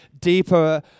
deeper